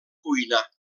cuinar